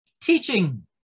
Teaching